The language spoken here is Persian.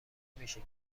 میشه